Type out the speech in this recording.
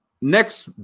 Next